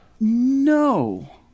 no